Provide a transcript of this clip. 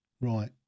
Right